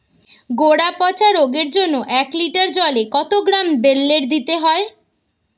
গোড়া পচা রোগের জন্য এক লিটার জলে কত গ্রাম বেল্লের দিতে হবে?